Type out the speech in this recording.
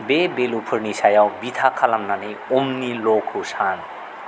बे भेलुफोरनि सायाव बिथा खालामनानै अमनि ल'खौ सान